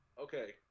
Okay